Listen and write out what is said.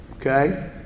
okay